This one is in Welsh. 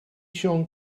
siôn